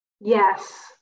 yes